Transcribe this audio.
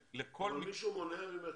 מישהו מונע ממך